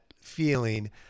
feeling